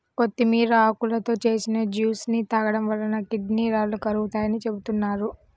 కొత్తిమీర ఆకులతో చేసిన జ్యూస్ ని తాగడం వలన కిడ్నీ రాళ్లు కరుగుతాయని చెబుతున్నారు